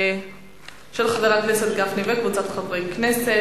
של חבר הכנסת גפני וקבוצת חברי כנסת,